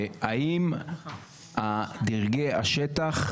למי כפופים דרגי השטח?